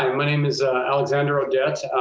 my name is alexander audette.